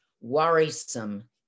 worrisome